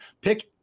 Pick